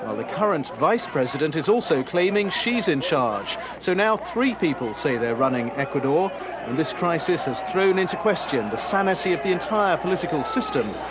ah the current vice president is also claiming she's in charge. so now three people say they're running ecuador, and this crisis has thrown into question the sanity of the entire political system,